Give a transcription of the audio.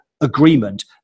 agreement